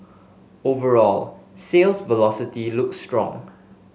overall sales velocity looks strong